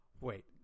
Wait